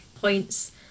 points